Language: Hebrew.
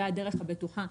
והדרך הבטוחה,